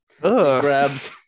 Grabs